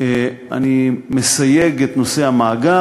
אני מסייג את נושא המאגר.